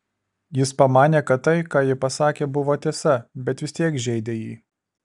jis pamanė kad tai ką ji pasakė buvo tiesa bet vis tiek žeidė jį